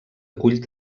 acull